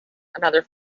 another